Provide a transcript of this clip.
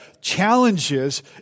challenges